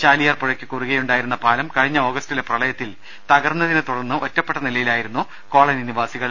ചാലിയാർ പുഴയ്ക്ക് കുറുകെയുണ്ടായിരുന്ന പാലം കഴിഞ്ഞ ഓഗസ്റ്റിലെ പ്രളയത്തിൽ തകർന്നതിനെത്തുടർന്ന് ഒറ്റപ്പെട്ട നില യിലായിരുന്നു കോളനി നിവാസികൾ